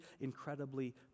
incredibly